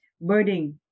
birding